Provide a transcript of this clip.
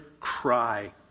cry